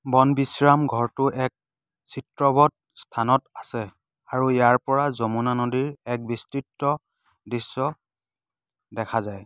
বন বিশ্ৰাম ঘৰটো এক চিত্ৰৱৎ স্থানত আছে আৰু ইয়াৰপৰা যমুনা নদীৰ এক বিস্তৃত দৃশ্য দেখা যায়